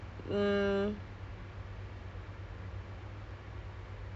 okay lah technically I come from a I_T_E background so